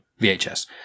VHS